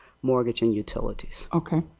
mortgage and utilities. okay.